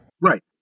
Right